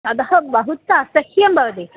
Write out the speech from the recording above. अतः बहु असह्यं भवति